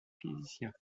physicien